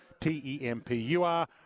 t-e-m-p-u-r